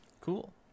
Cool